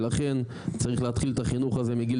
ולכן צריך להתחיל את החינוך הזה מגיל